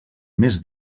més